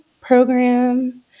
program